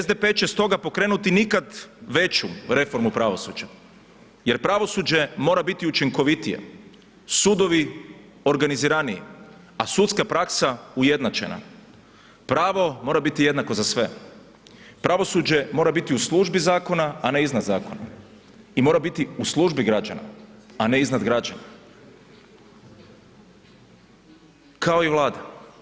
SDP će stoga pokrenuti nikad veću reformu pravosuđa jer pravosuđe mora biti učinkovitije, sudovi organiziraniji a sudska praksa ujednačena, pravo mora biti jednako za sve, pravosuđe mora biti u službi zakona a ne iznad zakona i mora biti u službi građana a ne iznad građana kao i Vlada.